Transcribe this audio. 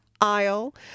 aisle